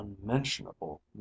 unmentionable